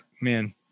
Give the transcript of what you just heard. man